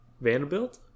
Vanderbilt